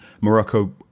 Morocco